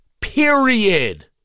period